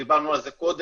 כבר דיברנו על זה קודם,